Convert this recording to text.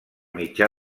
mitjà